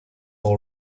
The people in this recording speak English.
all